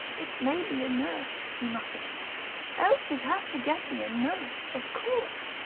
it may be a nurse, he muttered elsie'd have to get me a nurse, of course.